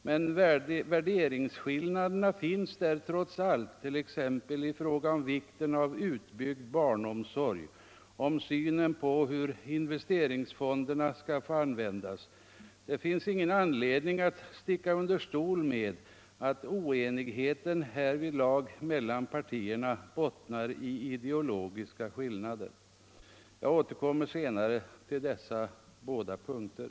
Men värderingsskillnaderna finns där trots allt, t.ex. i fråga om vikten av utbyggd barnomsorg och synen på hur investeringsfonderna skall få användas. Det finns ingen anledning att sticka under stol med att oenigheten härvidlag mellan partierna bottnar i ideologiska skillnader. Jag återkommer senare till dessa båda punkter.